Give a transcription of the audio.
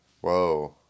Whoa